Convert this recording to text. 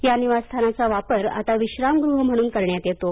या निवासस्थानाचा वापर आता विश्राम गृह म्हणून करण्यात येतो